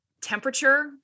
temperature